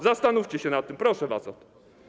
Zastanówcie się nad tym, proszę was o to.